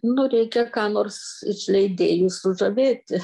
nu reikia ką nors iš leidėjų sužavėti